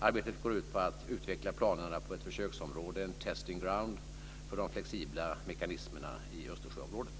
Arbetet går ut på att utveckla planerna på ett försöksområde - en testing ground - för de flexibla mekanismerna i Östersjöområdet.